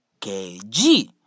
kg